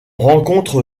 rencontre